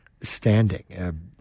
Standing